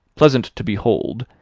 pleasant to behold,